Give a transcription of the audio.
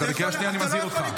אתה בקריאה שנייה, אני מזהיר אותך.